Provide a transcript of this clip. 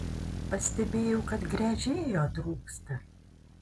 pastebėjau kad gręžėjo trūksta